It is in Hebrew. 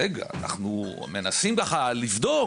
אנחנו מנסים לבדוק,